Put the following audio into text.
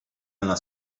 nella